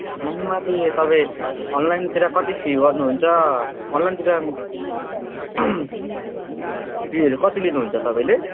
अनलाइनमा चाहिँ तपाईँ अनलाइनतिर कति फी गर्नुहुन्छ अनलाइनतिर फीहरू कति लिनुहुन्छ तपाईँले